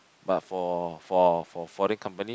but for for for foreign company